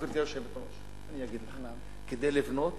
גברתי היושבת-ראש, אני אגיד לך: כדי לבנות